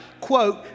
Quote